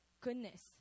goodness